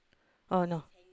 oh no